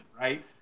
right